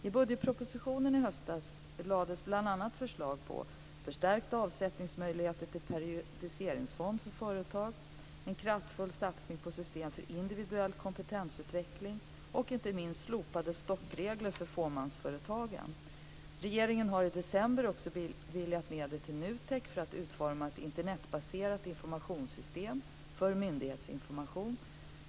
I budgetpropositionen i höstas lades bl.a. förslag på förstärkta avsättningsmöjligheter till periodiseringsfond för företag, en kraftfull satsning på ett system för individuell kompetensutveckling och inte minst slopade stoppregler för fåmansföretagen. Regeringen har i december också beviljat medel till NUTEK för att utforma ett Internetbaserat informationssystem för myndighetsinformation.